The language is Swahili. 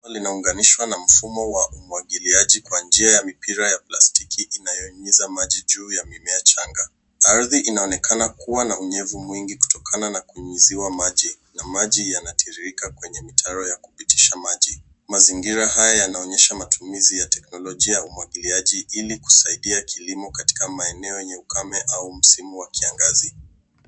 ...limeunganishwa na mfumo wa umwagiliaji kwa njia ya mipira ya plastiki inayonyunyuza maji juu ya mimea changa. Ardhi inaonekana kuwa na unyevu mwingi kutokana na kunyunyuziwa maji na maji yanatiririka kwenye mitaro ya kupitisha maji. Mazingira haya yanaonyesha matumizi ya teknolojia ya umwagiliaji ili kusaidia kilimo katika maeneo yenye ukame au msimu wa kiangazi.